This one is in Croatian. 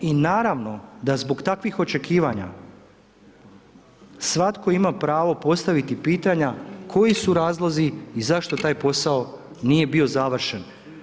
I naravno da zbog takvih očekivanja svatko ima pravo postaviti pitanja koji su razlozi i zašto taj posao nije bio završen.